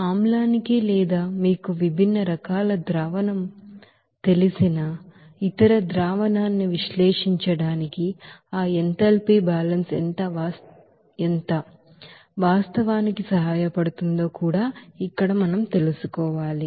ఆమ్లానికి లేదా మీకు విభిన్న రకాల ಸೊಲ್ಯೂಷನ್ తెలిసిన ఇతర ಸೊಲ್ಯೂಷನ್న్ని విశ్లేషించడానికి ఆ ఎంథాల్పీ బ్యాలెన్స్ ఎంత వాస్తవానికి సహాయపడుతుందో కూడా ఇక్కడ మనం తెలుసుకోవాలి